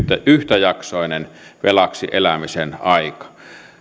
yhtäjaksoinen velaksi elämisen aika